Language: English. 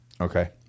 Okay